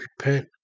Repent